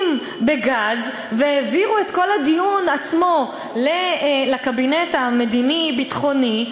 בגז והעבירו את כל הדיון עצמו לקבינט המדיני-ביטחוני,